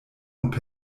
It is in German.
und